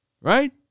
Right